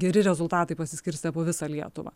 geri rezultatai pasiskirstė po visą lietuvą